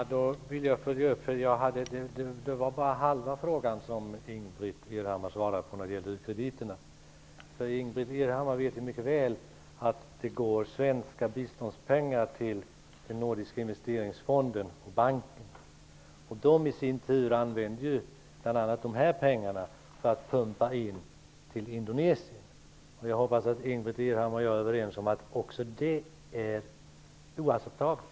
Herr talman! Ingbritt Irhammar besvarade bara halva frågan när det gäller u-krediterna. Ingbritt Irhammar vet mycket väl att det går svenska biståndspengar till den nordiska investeringsbanken. Bl.a. dessa pengar används sedan för att pumpa pengar in i Indonesien. Jag hoppas att Ingbritt Irhammar och jag är överens om att också det är oacceptabelt.